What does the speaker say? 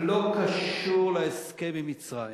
לא קשור להסכם עם מצרים.